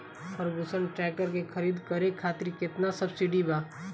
Ferguson tractor के खरीद करे खातिर केतना सब्सिडी बा?